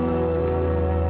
or